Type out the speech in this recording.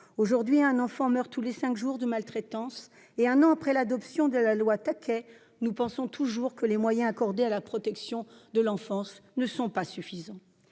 Aujourd'hui encore, un enfant meurt tous les cinq jours de maltraitance. Un an après l'adoption de la loi Taquet, nous considérons toujours que les moyens accordés à la protection de l'enfance sont insuffisants.